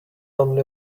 only